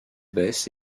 baisse